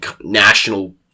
national